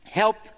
help